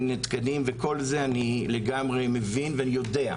וכול זה אני לגמרי ואני יודע.